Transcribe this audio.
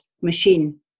machine